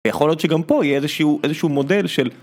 יכול להיות שגם פה יהיה איזשהו מודל של